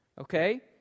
okay